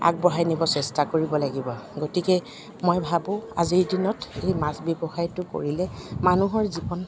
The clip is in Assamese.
আগবঢ়াই নিব চেষ্টা কৰিব লাগিব গতিকে মই ভাবোঁ আজিৰ দিনত এই মাছ ব্যৱসায়টো কৰিলে মানুহৰ জীৱন